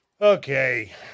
Okay